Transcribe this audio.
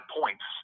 points